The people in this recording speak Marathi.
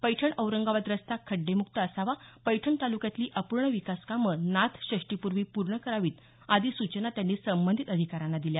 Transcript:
पैठण औरंगाबाद रस्ता खड्डेमुक्त असावा पैठण तालुक्यातली अपूर्ण विकासकामं नाथषष्ठीपूर्वी पूर्ण करावीत आदी सूचना त्यांनी संबधित अधिकाऱ्यांना दिल्या